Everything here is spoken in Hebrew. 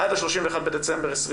עד 31 בדצמבר 2021?